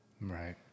Right